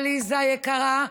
עליזה יקרה,